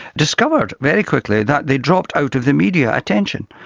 discovered very quickly that they dropped out of the media attention,